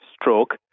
stroke